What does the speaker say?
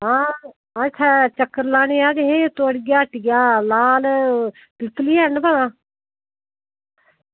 आं अस चक्कर लानै गी आए दे हे थुआढ़ी हट्टिया लाल पीपनी हैन भला